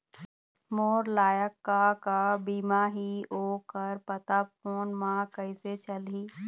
मोर लायक का का बीमा ही ओ कर पता फ़ोन म कइसे चलही?